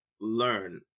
learn